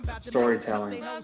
Storytelling